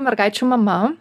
mergaičių mama